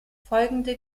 folgende